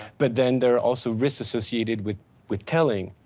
but then there are also risks associated with with telling.